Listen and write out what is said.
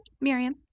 Miriam